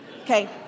Okay